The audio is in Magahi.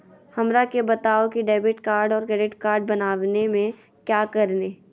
हमरा के बताओ की डेबिट कार्ड और क्रेडिट कार्ड बनवाने में क्या करें?